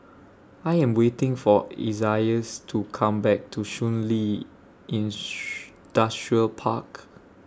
I Am waiting For Isaias to Come Back to Shun Li Park